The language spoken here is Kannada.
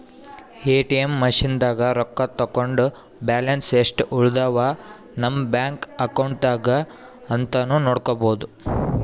ಎ.ಟಿ.ಎಮ್ ಮಷಿನ್ದಾಗ್ ರೊಕ್ಕ ತಕ್ಕೊಂಡ್ ಬ್ಯಾಲೆನ್ಸ್ ಯೆಸ್ಟ್ ಉಳದವ್ ನಮ್ ಬ್ಯಾಂಕ್ ಅಕೌಂಟ್ದಾಗ್ ಅಂತಾನೂ ನೋಡ್ಬಹುದ್